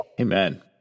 Amen